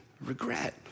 regret